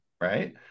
right